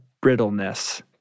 brittleness